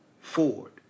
Ford